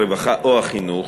הרווחה או החינוך,